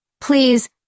please